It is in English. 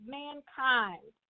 mankind